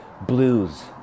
blues